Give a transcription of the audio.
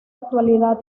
actualidad